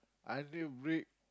I need a break